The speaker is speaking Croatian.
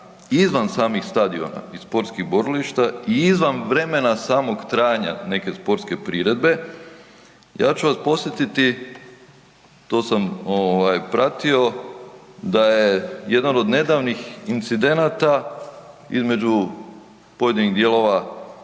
izvan samih stadiona i sportskih borilišta i izvan vremena samog trajanja neke sportske priredbe, ja ću vas podsjetiti, to sam pratio, da je jedan od nedavnih incidenata između pojedinih dijelova